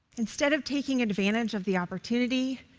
instead of taking advantage of the opportunity,